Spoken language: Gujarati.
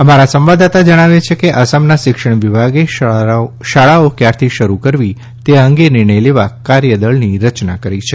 અમારા સંવાદદાતા જણાવે છે કે આસામના શિક્ષણ વિભાગે શાળાઓ કયારથી શરૂ કરવી એ અંગે નિર્ણય લેવા કાર્યદળની રચના કરી છે